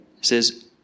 says